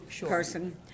person